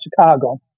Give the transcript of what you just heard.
Chicago